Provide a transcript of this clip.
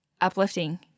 uplifting